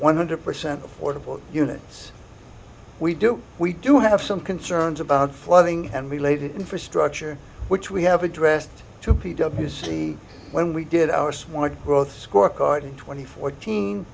one hundred percent affordable units we do we do have some concerns about flooding and related infrastructure which we have addressed to p w z when we did our swan growth scorecard in twenty fourteen